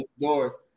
doors